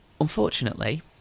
Unfortunately